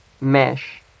mesh